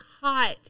hot